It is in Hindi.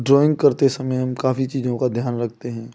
ड्रॉइंग करते समय हम काफ़ी चीज़ों का ध्यान रखते हैं